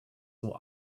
will